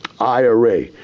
IRA